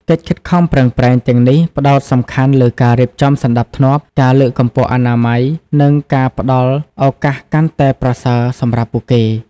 កិច្ចខិតខំប្រឹងប្រែងទាំងនេះផ្តោតសំខាន់លើការរៀបចំសណ្តាប់ធ្នាប់ ការលើកកម្ពស់អនាម័យ និងការផ្តល់ឱកាសកាន់តែប្រសើរសម្រាប់ពួកគេ ។